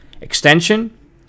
extension